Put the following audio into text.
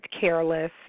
careless